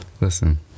Listen